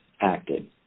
acted